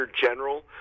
general